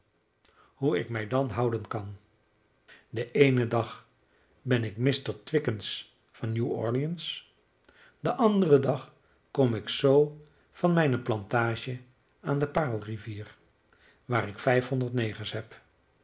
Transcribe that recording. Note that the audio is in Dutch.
hoe ik mij dan houden kan den eenen dag ben ik mr twickens van new-orleans den anderen dag kom ik zoo van mijne plantage aan de paarlrivier waar ik vijfhonderd negers heb